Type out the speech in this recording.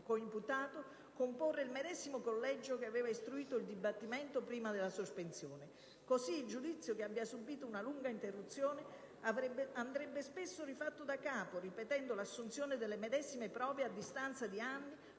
coimputato) comporre il medesimo collegio che aveva istruito il dibattimento prima della sospensione. Così il giudizio che abbia subito una lunga interruzione andrebbe spesso rifatto da capo, ripetendo l'assunzione delle medesime prove a distanza di anni,